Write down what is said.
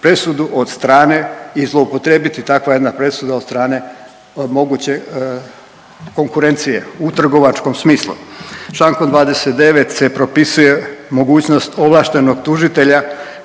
presudu od strane i zloupotrijebiti takva jedna presuda od strane moguće konkurencije u trgovačkom smislu. Čl. 29. se propisuje mogućnost ovlaštenog tužitelja